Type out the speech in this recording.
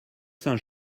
saint